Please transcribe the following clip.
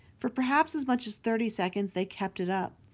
for perhaps as much as thirty seconds they kept it up.